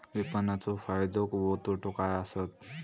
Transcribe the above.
विपणाचो फायदो व तोटो काय आसत?